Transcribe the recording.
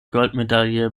goldmedaille